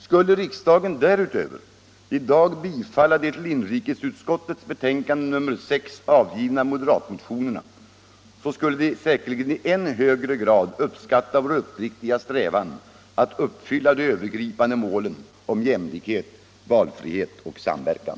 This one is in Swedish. Skulle riksdagen i dag även bifalla de i inrikesutskottets betänkande nr 6 behandlade moderatmotionerna, skulle invandrarna säkerligen i än högre grad uppskatta vår uppriktiga strävan att förverkliga de övergripande målen om jämlikhet, valfrihet och samverkan.